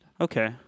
Okay